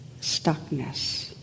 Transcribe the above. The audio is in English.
stuckness